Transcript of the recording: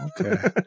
Okay